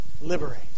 liberate